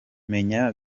menya